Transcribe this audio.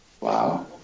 Wow